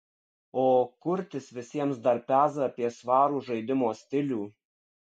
o kurtis visiems dar peza apie svarų žaidimo stilių